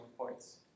points